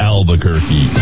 Albuquerque